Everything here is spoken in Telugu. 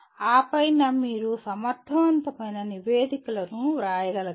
ఆ పైన మీరు సమర్థవంతమైన నివేదికలను వ్రాయగలగాలి